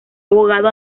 abogado